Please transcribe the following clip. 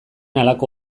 halako